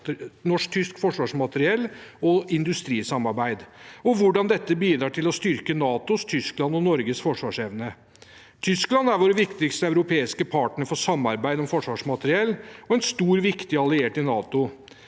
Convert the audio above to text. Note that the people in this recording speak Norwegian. norsk-tysk forsvarsmateriell og industrisamarbeid og hvordan dette bidrar til å styrke NATOs, Tysklands og Norges forsvarsevne. Tyskland er vår viktigste europeiske partner for samarbeid om forsvarsmateriell og en stor og viktig alliert i NATO.